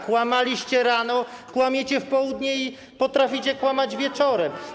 Kłamaliście rano, kłamiecie w południe i potraficie kłamać wieczorem.